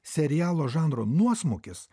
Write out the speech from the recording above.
serialo žanro nuosmukis